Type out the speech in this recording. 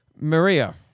Maria